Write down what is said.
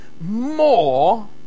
more